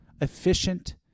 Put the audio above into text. efficient